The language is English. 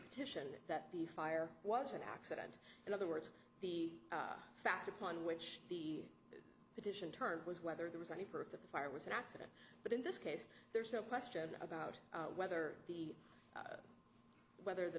petition that the fire was an accident in other words the fact upon which the petition turned was whether there was any proof that the fire was an accident but in this case there's no question about whether the whether the